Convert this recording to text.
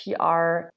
PR